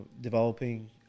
developing